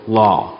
law